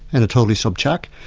anatoly sobchak,